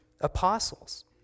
apostles